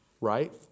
right